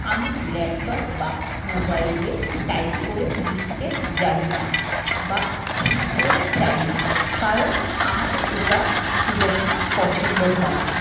আমি ল্যাপটপ বা মোবাইলে টাইপ করে লিখতে জানি না বা শিখতেও চাই না কারণ আমার ওটা খুব একটা পছন্দ হয় না